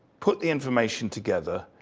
put the information together,